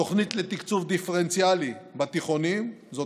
התוכנית לתקצוב דיפרנציאלי בתיכונים זו